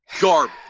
garbage